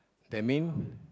that mean